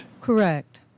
correct